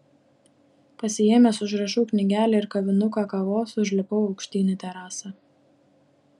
pasiėmęs užrašų knygelę ir kavinuką kavos užlipau aukštyn į terasą